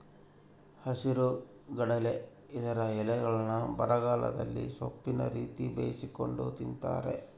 ಹಸಿರುಗಡಲೆ ಇದರ ಎಲೆಗಳ್ನ್ನು ಬರಗಾಲದಲ್ಲಿ ಸೊಪ್ಪಿನ ರೀತಿ ಬೇಯಿಸಿಕೊಂಡು ತಿಂತಾರೆ